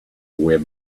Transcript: web